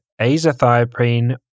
azathioprine